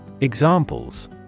Examples